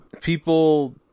people